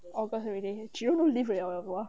august already june leave already liao ah